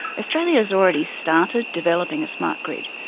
australia has already started developing a smart grid.